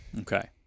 Okay